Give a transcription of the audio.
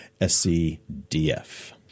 SCDF